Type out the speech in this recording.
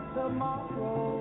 tomorrow